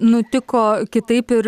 nutiko kitaip ir